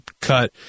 cut